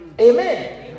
Amen